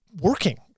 working